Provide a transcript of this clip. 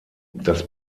das